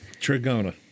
Trigona